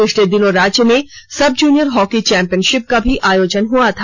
पिछले दिनों राज्य में सब जूनियर हॉकी चौंपियनशिप का भी आयोजन हुआ था